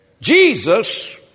Jesus